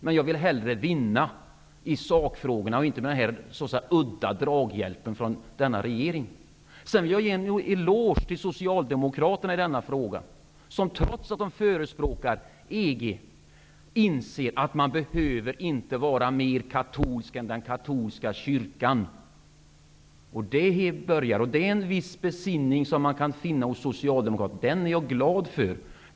Men jag vill hellre vinna i sakfrågorna och inte genom den udda draghjälpen från denna regering. Sedan vill jag ge en eloge till Socialdemokraterna i denna fråga. Trots att de förespråkar medlemskap i EG inser de att man inte behöver vara mer katolsk än den katolska kyrkan. Det är en viss besinning som jag kan finna hos Socialdemokraterna, och den är jag glad för.